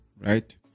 right